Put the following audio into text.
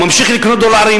הוא ממשיך לקנות דולרים,